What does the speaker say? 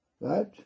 Right